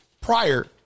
prior